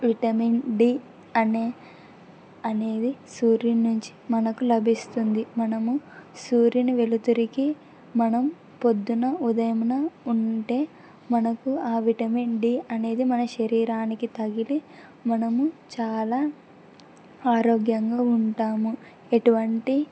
vitamin D అనేది సూర్యుని నుంచి మనకు లభిస్తుంది మనము సూర్యుని వెలుతురికి మనం పొద్దున ఉదయమున ఉంటే మనకు ఆ విటమిన్ డీ అనేది మన శరీరానికి తగిలి మనము చాలా ఆరోగ్యంగా ఉంటాము ఎటువంటి